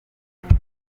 hanze